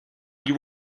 you